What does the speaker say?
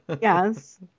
Yes